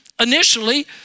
Initially